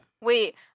Wait